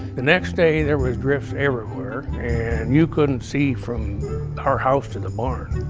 the next day, there was drifts everywhere, and you couldn't see from our house to the barn.